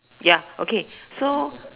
ya okay so